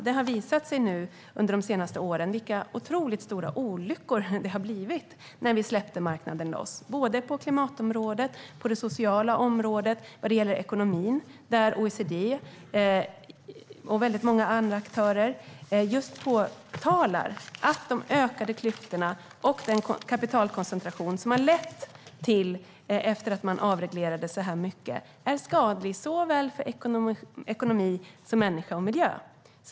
Det har under de senaste åren visat sig vilka otroligt stora olyckor det har blivit när vi släppte loss marknaden på klimatområdet, det sociala området och vad gäller ekonomin. OECD och väldigt många andra aktörer påtalar att de ökade klyftorna och den kapitalkoncentration som skett efter att man avreglerade så här mycket är skadliga såväl för ekonomi som för människa och miljö.